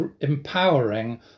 empowering